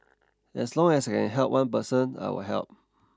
as long as I can help one person I will help